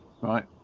Right